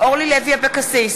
אורלי לוי אבקסיס,